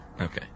Okay